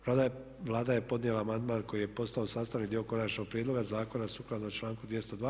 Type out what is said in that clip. Vlada je podnijela amandman koji je postao sastavni dio konačnog prijedloga zakona sukladno članku 202.